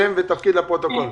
שם ותפקיד לפרוטוקול.